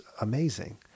amazing